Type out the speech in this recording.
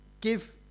give